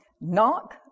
Knock